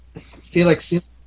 Felix